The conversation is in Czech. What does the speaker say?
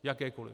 Jakékoli!